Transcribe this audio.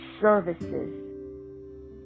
services